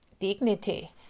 dignity